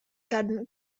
gan